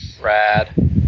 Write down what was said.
Rad